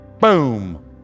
boom